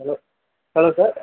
hello hello sir